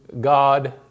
God